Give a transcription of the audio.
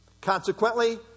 Consequently